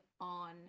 on